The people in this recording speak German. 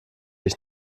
ich